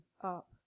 up